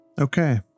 Okay